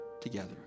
together